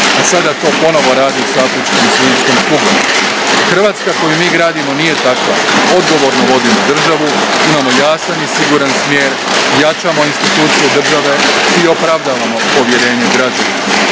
a sada to ponovno rade s afričkom svinjskom kugom. Hrvatska koju mi gradimo nije takva. Odgovorno vodimo državu, imamo jasan i siguran smjer, jačamo institucije države i opravdavamo povjerenje građana.